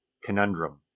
Conundrum